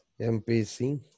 MPC